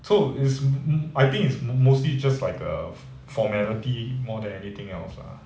so is I think it's mostly just like a formality more than anything else lah